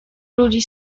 ludzi